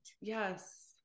Yes